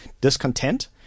discontent